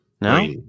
no